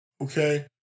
Okay